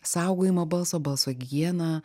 saugojimą balso balso higieną